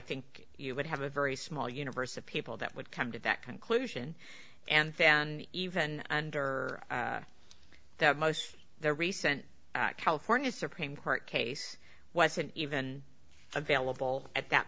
think you would have a very small universe of people that would come to that conclusion and even under the most the recent california supreme court case wasn't even available at that